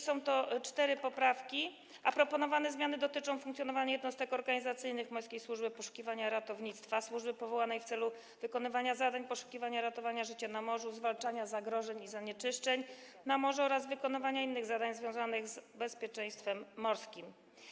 Są to cztery poprawki, a proponowane zmiany dotyczą funkcjonowania jednostek organizacyjnych Morskiej Służby Poszukiwania i Ratownictwa, służby powołanej w celu wykonywania zadań poszukiwania i ratowania życia na morzu, zwalczania zagrożeń i zanieczyszczeń na morzu oraz wykonywania innych zadań związanych z bezpieczeństwem morskim.